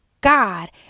God